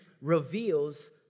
reveals